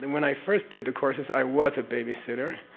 and when i first did the courses i was a babysitter.